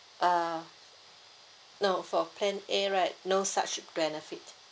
uh no for plan A right no such benefit